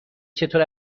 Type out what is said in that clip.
چطور